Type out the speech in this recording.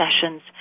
sessions